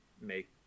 make